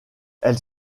elle